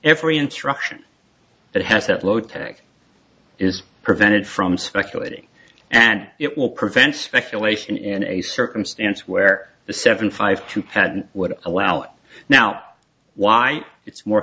every instruction that has that low tech is prevented from speculating and it will prevent speculation in a circumstance where the seven five to ten would allow now why it's more